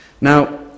Now